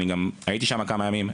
הייתי שם כמה ימים,